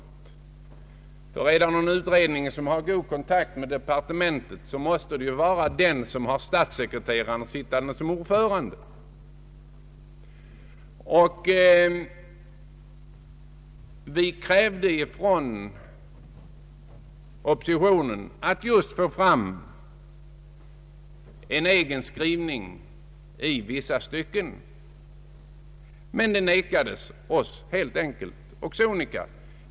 är det någon utredning som har god kontakt med departementet så måste det ju vara den som har statssekreteraren till ordförande. Vi krävde från oppositionen att just få en egen skrivning i vissa stycken. Men det vägrades oss helt sonika.